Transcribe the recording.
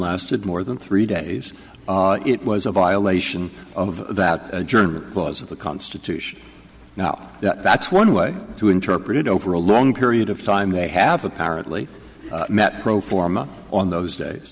lasted more than three days it was a violation of that journal clause of the constitution now that that's one way to interpret it over a long period of time they have apparently met pro forma on those days